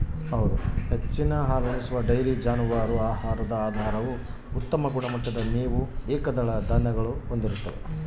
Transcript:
ಹೆಚ್ಚಿನ ಹಾಲುಣಿಸುವ ಡೈರಿ ಜಾನುವಾರು ಆಹಾರದ ಆಧಾರವು ಉತ್ತಮ ಗುಣಮಟ್ಟದ ಮೇವು ಏಕದಳ ಧಾನ್ಯಗಳಗ್ಯವ